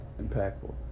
impactful